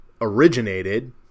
originated